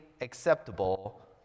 acceptable